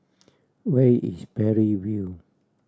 where is Parry View